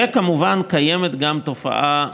וכמובן קיימת גם תופעה,